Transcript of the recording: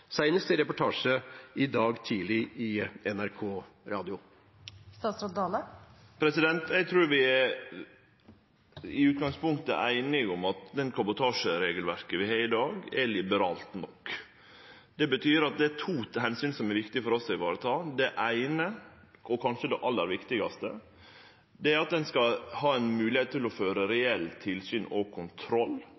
i en reportasje i dag tidlig i NRK Radio? Eg trur vi i utgangspunktet er einige om at det kabotasjeregelverket vi har i dag, er liberalt nok. Det betyr at det er to omsyn som er viktige for oss å vareta: Det eine, og kanskje det aller viktigaste, er at ein skal ha ei mogelegheit til å føre